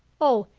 o,